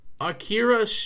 Akira